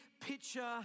picture